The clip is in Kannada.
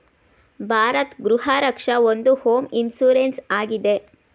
ಭಾರತ್ ಗೃಹ ರಕ್ಷ ಒಂದು ಹೋಮ್ ಇನ್ಸೂರೆನ್ಸ್ ಆಗಿದೆ